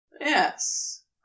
yes